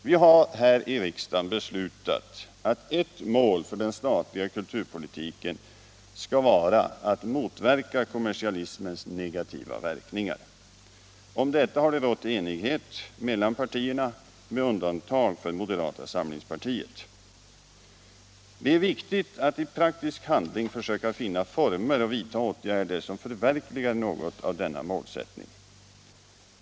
Vi har här i riksdagen beslutat att ett mål för den statliga kulturpolitiken skall vara att motverka kommersialismens negativa verkningar. Om detta har det rått enighet mellan partierna, med undantag för moderata samlingspartiet. Det är viktigt att i praktisk handling försöka finna former och vidta åtgärder som förverkligar något av denna målsättning.